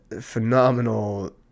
phenomenal